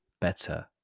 better